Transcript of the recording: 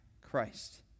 Christ